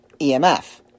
EMF